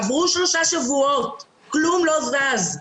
עברו שלושה שבועות וכלום לא זז.